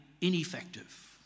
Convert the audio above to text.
ineffective